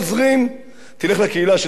תלך לקהילה של זה שיושב מאחוריך,